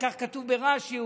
כך כתוב ברש"י,